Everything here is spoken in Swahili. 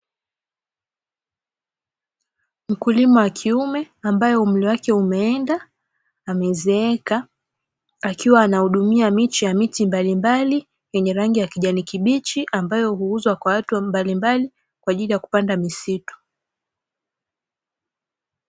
Mkulima wa kiume ambaye umri wake umeenda, amezeeka, akiwa anahudumia miche ya miti mbalimbali yenye rangi ya kijani kibichi, ambayo huuzwa kwa watu mbalimbali kwa ajili ya kupanda misitu.